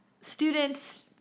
students